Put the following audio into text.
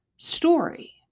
story